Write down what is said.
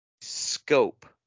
scope